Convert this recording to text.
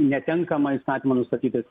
netenkama įstatymo nustatytais